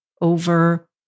over